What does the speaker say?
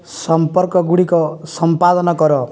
ସମ୍ପର୍କଗୁଡ଼ିକ ସଂପାଦନ କର